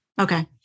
okay